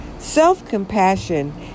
Self-compassion